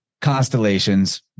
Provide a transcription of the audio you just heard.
constellations